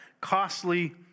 costly